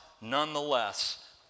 nonetheless